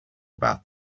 about